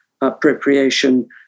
appropriation